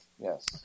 Yes